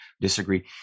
disagree